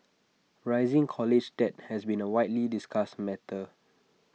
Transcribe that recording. rising college debt has been A widely discussed matter